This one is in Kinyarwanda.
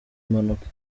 mpanuka